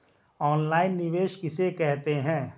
Online निवेश किसे कहते हैं?